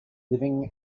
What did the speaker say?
living